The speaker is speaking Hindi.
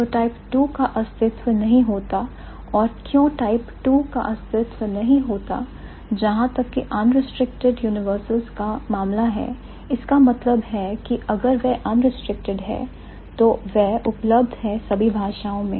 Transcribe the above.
तो टाइप II का अस्तित्व नहीं होता और क्यों टाइप II का अस्तित्व नहीं होता जहां तक की unrestricted universals का मामला है इसका मतलब है कि अगर वह unrestricted है तो वह उपलब्ध है सभी भाषाओं में